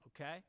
okay